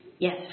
Yes